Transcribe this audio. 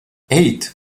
eight